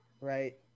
right